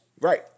Right